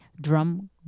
Drum